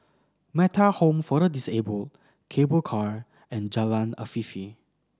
Metta Home for the Disabled Cable Car and Jalan Afifi